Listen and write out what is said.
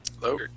Hello